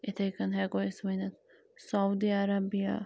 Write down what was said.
یِتھٔے کٔنۍ ہیٚکو أسۍ ؤنِتھ سعودی عربیہ